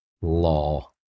law